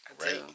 right